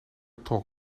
berghut